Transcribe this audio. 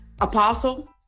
Apostle